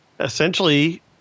essentially